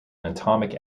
atomic